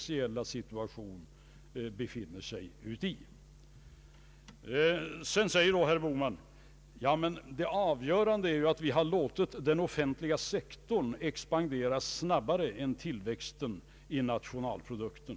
Det avgörande, säger herr Bohman, är att vi har låtit den offentliga sektorn expandera snabbare än tillväxten i nationalprodukten.